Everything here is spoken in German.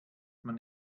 man